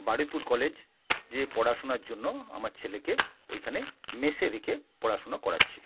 Baruipur college যে পড়াশোনার জন্য আমার ছেলেকে ওইখানে মেসে রেখে পড়াশোনা করাচ্ছি